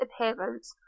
appearance